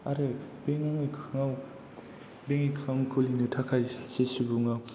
आरो bank account खुलिनो थाखाय सासे सुबुंआ